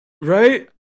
Right